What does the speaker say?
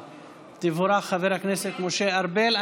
תבורך, חבר הכנסת משה ארבל.